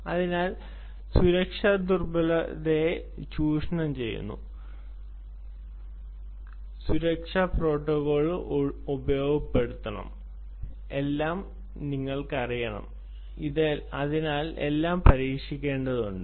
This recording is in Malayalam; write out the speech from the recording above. അതിനാൽ സുരക്ഷ ദുർബലതയെ ചൂഷണം ചെയ്യുന്നു സുരക്ഷ പ്രോട്ടോക്കോൾ ഉപയോഗപ്പെടുത്തുന്നു എല്ലാം നിങ്ങൾക്കറിയണം അതിനാൽ എല്ലാം പരീക്ഷിക്കേണ്ടതുണ്ട്